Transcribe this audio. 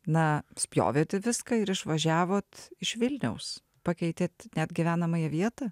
na spjovėt į viską ir išvažiavot iš vilniaus pakeitėt net gyvenamąją vietą